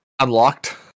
unlocked